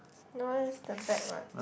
no is the back what